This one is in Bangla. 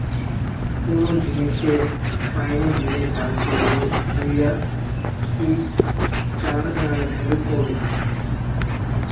কোন জিনিসের ফাইনি দিনের দামকে মুইরা ফিউচার ভ্যালু কহু